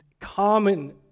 common